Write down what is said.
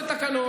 הכול,